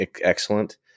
excellent